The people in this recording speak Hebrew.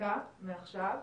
דקה מעכשיו,